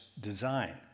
design